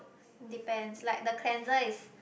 depends like the cleanser is